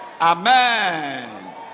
Amen